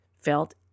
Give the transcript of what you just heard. felt